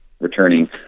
returning